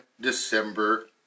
December